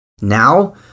Now